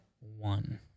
one